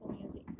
Music